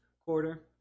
quarter